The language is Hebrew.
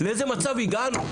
לאיזה מצב הגענו,